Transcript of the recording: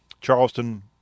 Charleston